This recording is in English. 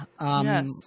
Yes